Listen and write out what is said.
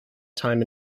time